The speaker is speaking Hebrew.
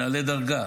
נעלה דרגה.